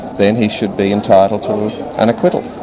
then he should be entitled to an acquittal.